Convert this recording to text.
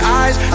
eyes